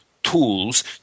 Tools